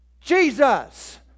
Jesus